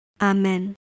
Amen